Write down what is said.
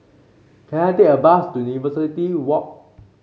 can I take a bus to University Walk